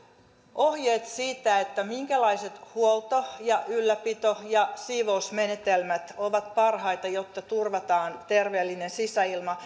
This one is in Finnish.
ohjeet siitä minkälaiset huolto ylläpito ja siivousmenetelmät ovat parhaita jotta turvataan terveellinen sisäilma